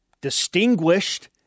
distinguished